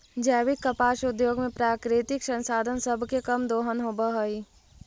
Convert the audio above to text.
जैविक कपास उद्योग में प्राकृतिक संसाधन सब के कम दोहन होब हई